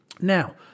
Now